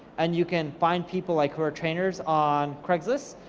and you can find people like who are trainers on craigslist,